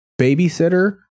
babysitter